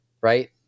right